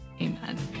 amen